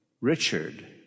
Richard